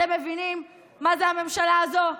אתם מבינים מה זה הממשלה הזו?